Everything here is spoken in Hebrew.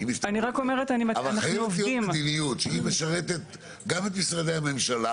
אבל חייבת להיות מדיניות שהיא משרתת גם את משרדי הממשלה